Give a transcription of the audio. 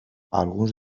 alguns